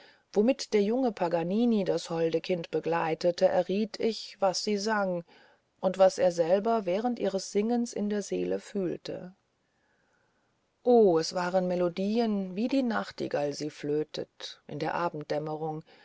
womit der junge paganini das holde kind begleitete erriet ich was sie sang und was er selber während ihres singens in der seele fühlte oh das waren melodien wie die nachtigall sie flötet in der abenddämmerung